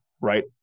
Right